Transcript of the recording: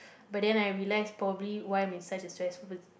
but then I relax probably why